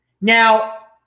Now